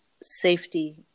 safety